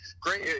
great